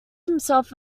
himself